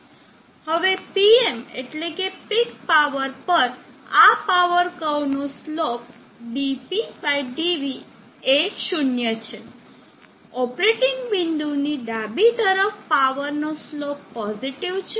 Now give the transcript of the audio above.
હવે Pm એટલેકે peak power પર આ પાવર કર્વનો સ્લોપ dp dv એ 0 છે ઓપરેટિંગ બિંદુ ની ડાબી તરફ પાવર નો સ્લોપ પોઝિટીવ છે